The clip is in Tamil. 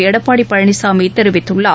எடப்பாடி பழனிசாமி தெரிவித்துள்ளார்